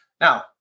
Now